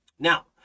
Now